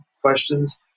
questions